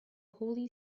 holy